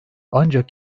ancak